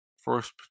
first